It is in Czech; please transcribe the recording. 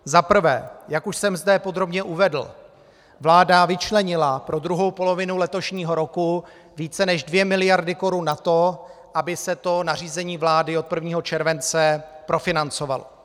Za prvé, jak už jsem zde podrobně uvedl, vláda vyčlenila pro druhou polovinu letošního roku více než 2 mld. korun na to, aby se to nařízení vlády od 1. července profinancovalo.